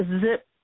zip